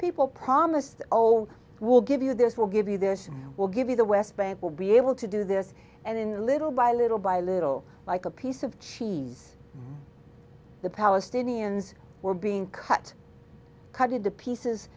people promised all will give you this will give you this will give you the west bank will be able to do this and then little by little by little like a piece of cheese the palestinians were being cut cut into pieces